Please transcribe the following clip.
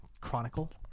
Chronicle